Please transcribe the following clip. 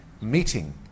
meeting